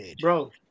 bro